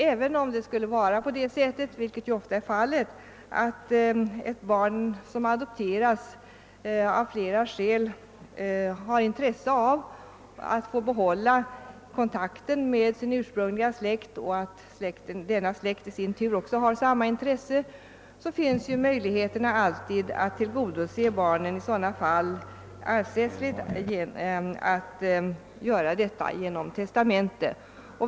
Även om det skulle vara så — vilket ofta är fallet — att ett barn som adopteras av flera skäl har intresse av att få behålla kontakten med sin ursprungliga släkt och denna släkt i sin tur har samma intresse, finns möjlighet att i sådana fall tillgodose barnet arvsrättsligt genom upprättande av testamente.